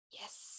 Yes